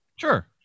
Sure